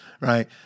Right